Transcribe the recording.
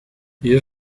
iyo